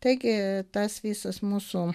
taigi tas visas mūsų